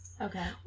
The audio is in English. okay